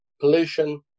pollution